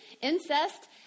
incest